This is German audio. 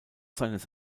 seines